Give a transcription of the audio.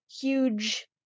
huge